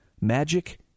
magic